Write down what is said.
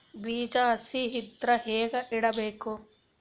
ಬೀಜ ಹಸಿ ಇದ್ರ ಹ್ಯಾಂಗ್ ಇಡಬೇಕು?